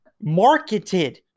marketed